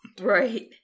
Right